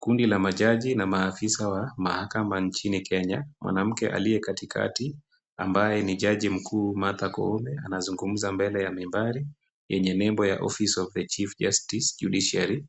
Kundi la majaji na maafisa wa mahakama nchini Kenya. Mwanamke aliye katikati ambaye ni jaji mkuu Martha Koome anazungumza mbele ya mimbari yenye nembo ya Office of The Chief Justice Judiciary.